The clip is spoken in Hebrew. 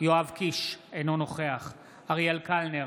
יואב קיש, אינו נוכח אריאל קלנר,